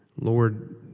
Lord